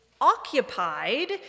occupied